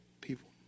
people